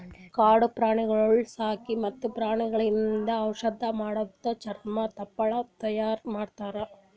ಕಾಡು ಪ್ರಾಣಿಗೊಳ್ ಸಾಕಿ ಮತ್ತ್ ಪ್ರಾಣಿಯಿಂದ್ ಔಷಧ್ ಮಾಡದು, ಚರ್ಮ, ತುಪ್ಪಳ ತೈಯಾರಿ ಮಾಡ್ತಾರ